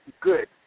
good